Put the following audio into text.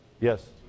Yes